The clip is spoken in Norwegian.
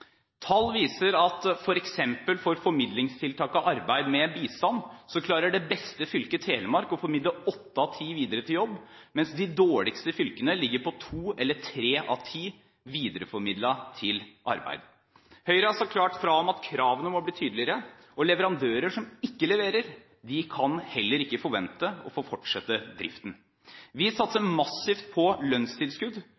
Tall viser at når det gjelder f.eks. formidlingstiltak av arbeid med bistand, klarer det beste fylket, Telemark, å formidle åtte av ti videre til jobb, mens de dårligste fylkene ligger på to eller tre av ti videreformidlet til arbeid. Høyre har sagt klart ifra om at kravene må bli tydeligere, og leverandører som ikke leverer, kan heller ikke forvente å få fortsette driften. Vi